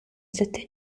sette